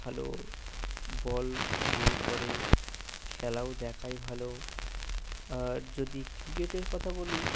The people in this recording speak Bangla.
ভালো বল গোল করে খেলাও দেখায় ভালো আর যদি ক্রিকেটের কথা বলি